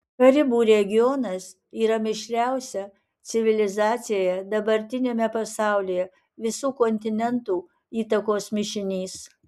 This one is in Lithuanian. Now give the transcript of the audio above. karibų regionas yra mišriausia civilizacija dabartiniame pasaulyje visų kontinentų įtakos mišinys